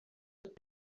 have